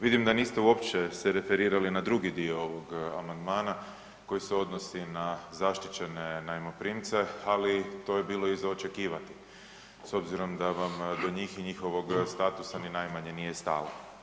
Vidim da niste uopće se referirali na drugi dio ovog amandmana koji se odnosi na zaštićene najmoprimce, ali to je bilo i za očekivati s obzirom da vam do njih i njihovog statusa ni najmanje nije stalo.